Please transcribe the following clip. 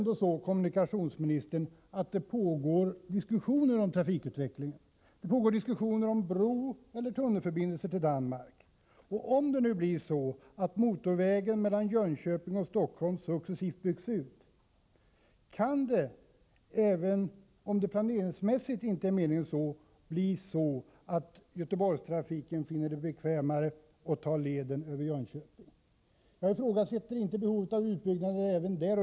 Det pågår väl ändå diskussioner om trafikutvecklingen. Det pågår diskussioner om en broeller tunnelförbindelse till Danmark. Och om motorvägen mellan Jönköping och Stockholm successivt byggs ut kan det — även om detta planeringsmässigt inte är meningen — bli så, att trafikanterna från Göteborg finner det bekvämare att ta leden över Jönköping. Jag ifrågasätter inte behovet av en utbyggnad även där.